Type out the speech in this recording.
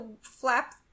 flap